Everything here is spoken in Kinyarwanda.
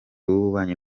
w’ububanyi